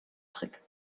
trick